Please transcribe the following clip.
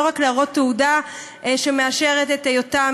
לא רק להראות תעודה שמאשרת את היותם